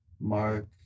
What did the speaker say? Mark